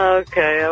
okay